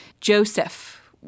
Joseph